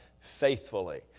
faithfully